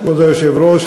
כבוד היושב-ראש,